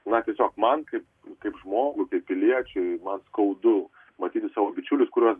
na tiesiog man kaip kaip žmogui kaip piliečiui man skaudu matyti savo bičiulius kurios